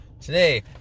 today